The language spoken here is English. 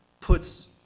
puts